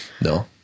No